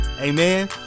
Amen